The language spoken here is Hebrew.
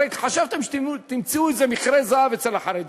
הרי חשבתם שתמצאו איזה מכרה זהב אצל החרדים,